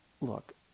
look